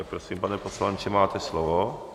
Prosím, pane poslanče, máte slovo.